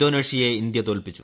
ഇന്തോനേഷ്യയെ India തോൽപിച്ചു